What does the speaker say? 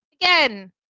Again